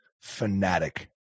fanatic